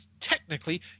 technically